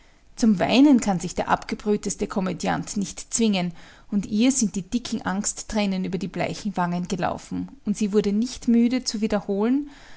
zum weinen kann sich der abgebrühteste komödiant nicht zwingen und ihr sind die dicken angsttränen über die bleichen wangen gelaufen und sie wurde nicht müde zu wiederholen